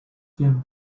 came